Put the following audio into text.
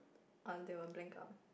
on they were bankrupt